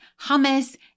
hummus